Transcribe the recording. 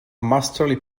masterly